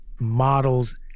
models